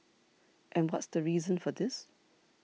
and what's the reason for this